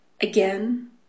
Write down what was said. again